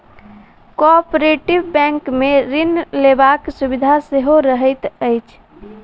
cooperative बैंकमे ऋण लेबाक सुविधा सेहो रहैत अछि